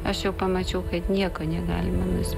aš jau pamačiau kad nieko negalima nes